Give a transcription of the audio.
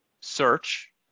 search